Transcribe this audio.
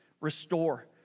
Restore